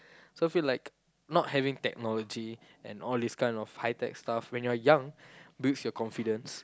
so I feel like not having technology and all this kind of high tech stuff when you are young builds your confidence